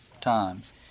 times